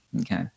okay